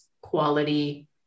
quality